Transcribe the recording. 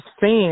fans